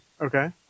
Okay